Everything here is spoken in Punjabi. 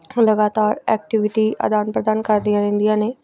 ਲਗਾਤਾਰ ਐਕਟੀਵਿਟੀ ਅਦਾਨ ਪ੍ਰਦਾਨ ਕਰਦੀਆਂ ਰਹਿੰਦੀਆਂ ਨੇ